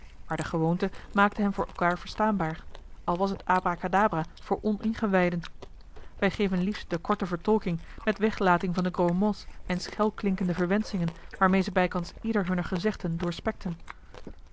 maar de gewoonte maakte hen voor elkaâr verstaanbaar al was het abracadabra voor oningewijden wij geven liefst de korte vertolking met weglating van de gros mots en schelklinkende verwenschingen waarmeê ze bijkans ieder hunner gezegden doorspekten